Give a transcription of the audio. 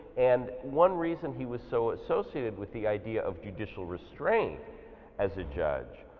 and one reason he was so associated with the idea of judicial restraint as a judge,